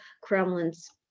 Kremlin's